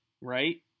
right